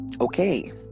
Okay